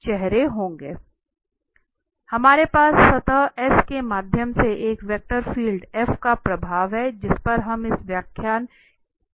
इसलिए हमारे पास सतह S के माध्यम से एक वेक्टर फील्ड का प्रवाह है जिस पर हम इस व्याख्यान में चर्चा करेंगे